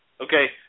Okay